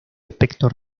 aspecto